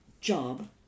job